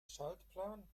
schaltplan